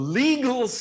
legal